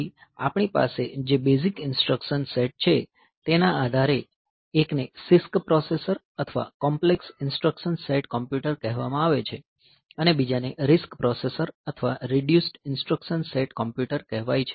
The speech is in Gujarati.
તેથી આપણી પાસે જે બેઝીક ઈન્સ્ટ્રકશન સેટ છે તેના આધારે એકને CISC પ્રોસેસર અથવા કોમ્પ્લેક્સ ઈન્સ્ટ્રકશન સેટ કોમ્પ્યુટર કહેવામાં આવે છે અને બીજાને RISC પ્રોસેસર અથવા રિડ્યુસ્ડ ઇન્સટ્રકશન સેટ કોમ્પ્યુટર કહેવાય છે